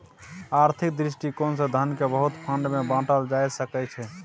आर्थिक दृष्टिकोण से धन केँ बहुते फंड मे बाटल जा सकइ छै